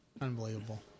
unbelievable